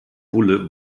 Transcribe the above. bulle